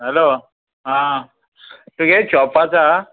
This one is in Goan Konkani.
हॅलो आ तुगे शॉप आसा